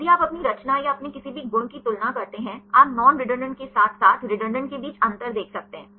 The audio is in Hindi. यदि आप अपनी रचना या अपने किसी भी गुण की तुलना करते हैं आप नॉन रेडंडान्त के साथ साथ रेडंडान्त के बीच अंतर देख सकते हैं